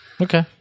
Okay